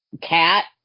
Cat